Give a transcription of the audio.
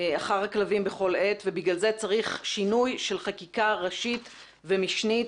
אחר כלבים בכל עת ובגלל זה צריך שינוי של חקיקה ראשית ומשנית,